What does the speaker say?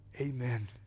amen